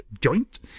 joint